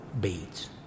beats